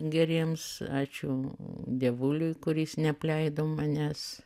geriems ačiū dievuliui kuris neapleido manęs